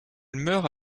meurt